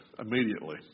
immediately